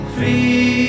Free